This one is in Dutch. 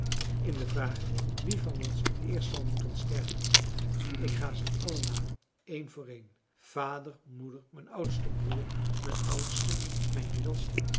in de vraag wie van ons het eerst zal moeten sterven ik ga ze allen na een voor een vader moeder mijn oudsten broer mijn oudste mijn middelste